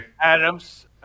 Adams